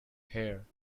hare